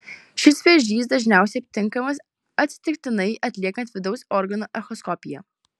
šis vėžys dažniausiai aptinkamas atsitiktinai atliekant vidaus organų echoskopiją